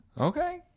Okay